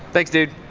thanks, dude,